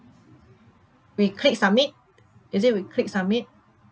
we click submit is it we click submit